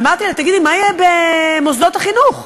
אמרתי לה: תגידי מה יהיה במוסדות החינוך?